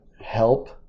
help